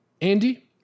Andy